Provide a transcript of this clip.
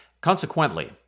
Consequently